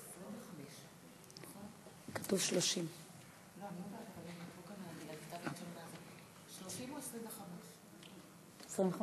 כתוב 30. 25?